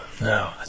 no